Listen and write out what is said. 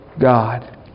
God